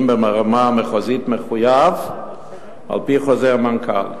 ברמה המחוזית מחויב על-פי חוזר מנכ"ל.